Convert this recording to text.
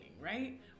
right